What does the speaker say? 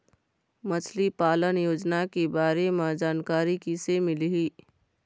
मछली पालन योजना के बारे म जानकारी किसे मिलही?